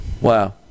Wow